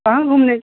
कहाँ घूमने